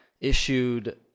issued